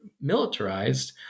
militarized